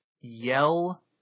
yell